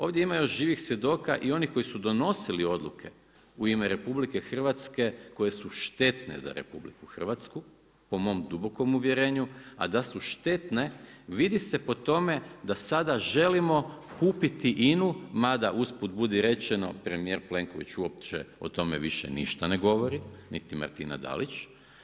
Ovdje ima još živih svjedoka i onih koji su donosili odluke u ime RH koje su štetne za RH po mom dubokom uvjerenju a da su štetne vidi se po tome da sada želimo kupiti INA-u mada usput budi rečeno premijer Plenković uopće o tome više ništa ne govori niti Martina Dalić.